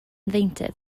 ddeintydd